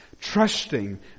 Trusting